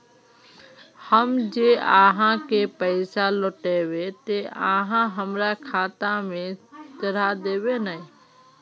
हम जे आहाँ के पैसा लौटैबे ते आहाँ हमरा खाता में चढ़ा देबे नय?